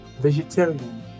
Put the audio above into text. vegetarian